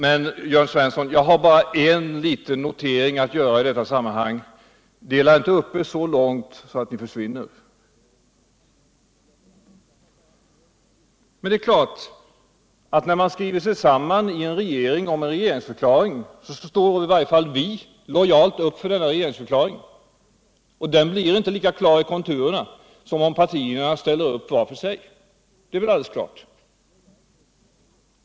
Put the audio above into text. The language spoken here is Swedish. Men, Jörn Svensson, jag har bara en liten notering att göra i detta sammanhang: dela inte upp er så mycket att ni försvinner! När man skriver sig samman i en regering om en regeringsförklaring, står i varje fall vi lojalt upp för denna regeringsförklaring. Men den blir inte lika klar i konturerna som om partierna ställer upp vart för sig. Det är alldeles klart.